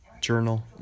journal